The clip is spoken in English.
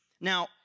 Now